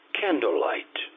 candlelight